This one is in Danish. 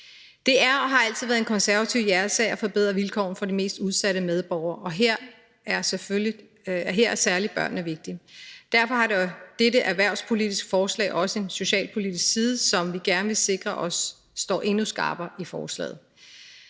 Det er og har altid været en konservativ hjertesag at forbedre vilkårene for de mest udsatte medborgere, og her er børnene selvfølgelig særlig vigtige. Derfor har dette erhvervspolitiske forslag også en socialpolitisk side, som vi gerne vil sikre os står endnu skarpere i forslaget.